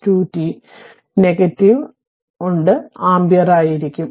4e 2t ampere ആയിരിക്കും